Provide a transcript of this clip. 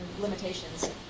limitations